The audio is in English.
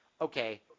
okay